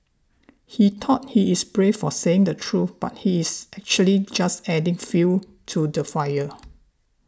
he thought he is brave for saying the truth but he is actually just adding fuel to the fire